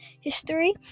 history